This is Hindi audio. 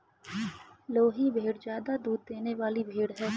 लोही भेड़ ज्यादा दूध देने वाली भेड़ है